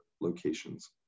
locations